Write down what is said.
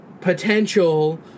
potential